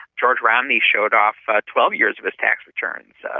george romney showed off ah twelve years of his tax returns. so